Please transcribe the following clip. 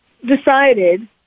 decided